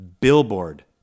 Billboard